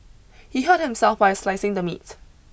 he hurt himself while slicing the meat